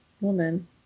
woman